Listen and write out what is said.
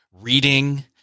reading